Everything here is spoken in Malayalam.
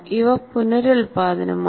ഇവ പുനരുൽപാദനമാണ്